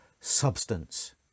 substance